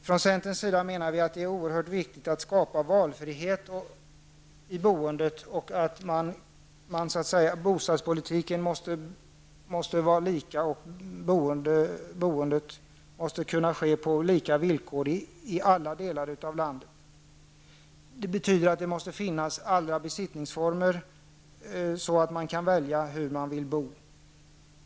Vi i centern menar att det är oerhört viktigt att skapa valfrihet i boendet. Bostadspolitiken måste vara lika och boendet måste ske på lika villkor i alla delar av landet. Det betyder att det måste finnas alla besittningsformer så att man kan välja hur man vill bo.